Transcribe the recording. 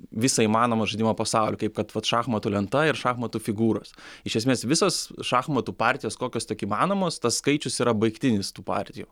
visą įmanomą žaidimo pasaulį kaip kad vat šachmatų lenta ir šachmatų figūros iš esmės visos šachmatų partijos kokios tik įmanomos tas skaičius yra baigtinis tų partijų